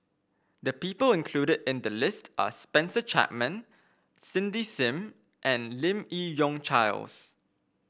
the people included in the list are Spencer Chapman Cindy Sim and Lim Yi Yong Charles